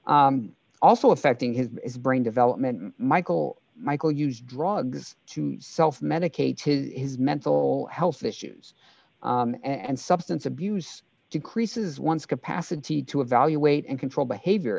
also affecting his brain development michael michael use drugs to self medicate to his mental health issues and substance abuse decreases one's capacity to evaluate and control behavior